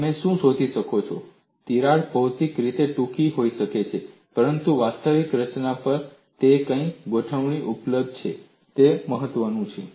તમે શું શોધી શકો છો તિરાડ ભૌતિક રીતે ટૂંકી હોઈ શકે છે પરંતુ વાસ્તવિક રચના પર તે કઈ ગોઠવણી ઉપલબ્ધ છે તે પણ મહત્વનું છે